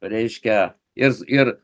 reiškia ir ir